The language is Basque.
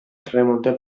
erremonte